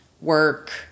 work